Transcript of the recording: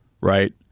right